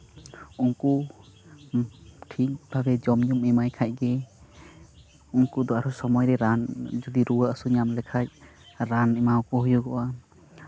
ᱩᱱᱠᱩ ᱴᱷᱤᱠ ᱵᱷᱟᱵᱮ ᱡᱚᱢ ᱧᱩᱢ ᱮᱢᱟᱭ ᱠᱷᱟᱡ ᱜᱮ ᱩᱱᱠᱩ ᱫᱚ ᱟᱨᱦᱚᱸ ᱥᱚᱢᱚᱭ ᱨᱮ ᱨᱟᱱ ᱡᱩᱫᱤ ᱨᱩᱣᱟᱹ ᱦᱟᱹᱥᱩ ᱧᱟᱢ ᱞᱮᱠᱷᱟᱡ ᱨᱟᱱ ᱮᱢᱟᱣ ᱟᱠᱚ ᱦᱩᱭᱩᱜᱚᱜᱼᱟ